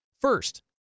First